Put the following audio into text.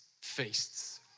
feasts